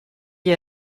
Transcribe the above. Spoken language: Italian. gli